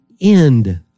end